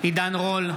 עידן רול,